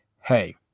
Hey